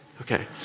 Okay